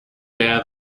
der